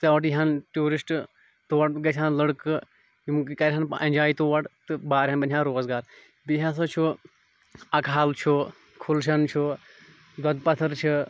تور یِہَن ٹیٚوٗرِسٹ تور گَژھِ ہَن لٔڑکہٕ یِم کَرہَن اٮ۪نجاے تور تہٕ وارِیاہَن بَنہِ ہا روزگار بیٚیہِ ہَسا چھُ اَکہٕ حال چھُ کھُلشَن چھُ دۄدپَتھٕر چھِ